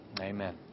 Amen